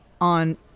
on